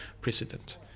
precedent